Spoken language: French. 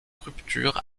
rupture